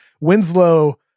Winslow